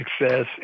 success